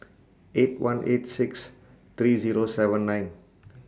eight one eight six three Zero seven nine